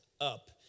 up